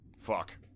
fuck